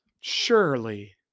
Surely